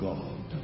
God